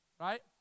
right